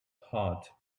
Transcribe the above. heart